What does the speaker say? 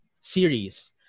series